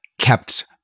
kept